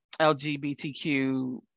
LGBTQ